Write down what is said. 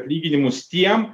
atlyginimus tiem